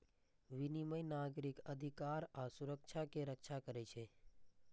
विनियम नागरिक अधिकार आ सुरक्षा के रक्षा करै छै